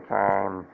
time